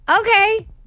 Okay